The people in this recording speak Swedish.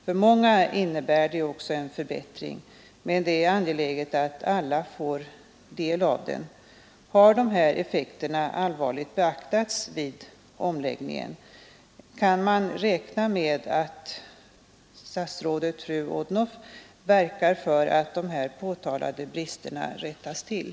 För många innebär det också en för miska läget för bättring, men det är angeläget att alla får del av denna. Har de här effekterna allvarligt beaktats vid omläggningen? Kan man räkna med att fru statsrådet Odhnoff verkar för att de här påtalade bristerna rättas till?